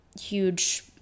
huge